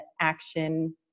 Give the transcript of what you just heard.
action